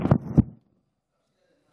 יש כאן